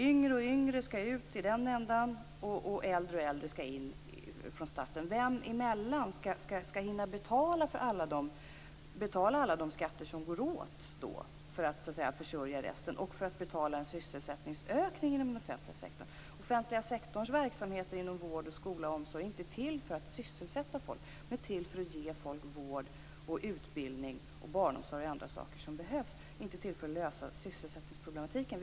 Yngre och yngre skall ut i en ända, och äldre och äldre skall in från starten. Vilka däremellan skall betala alla de skatter som behövs för att försörja resten och den ökade sysselsättningen inom den offentliga sektorn? Den offentliga sektorns verksamhet inom vård, skola och omsorg är inte till för att sysselsätta folk. Den är till för att ge folk vård, utbildning och barnomsorg osv. Den är inte till för att lösa sysselsättningsproblemen.